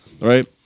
right